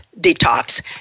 detox